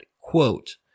quote